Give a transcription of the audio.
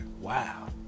wow